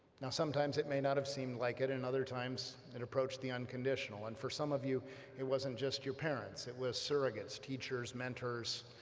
now sometimes it may not have seemed like it and other times it approached the unconditional and for some of you it wasn't just your parents it was surrogates, teachers, mentors,